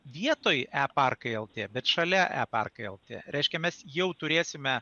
vietoj e parkai lt bet šalia e parkai lt reiškia mes jau turėsime